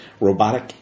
robotic